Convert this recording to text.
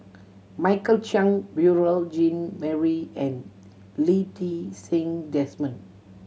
Michael Chiang Beurel Jean Marie and Lee Ti Seng Desmond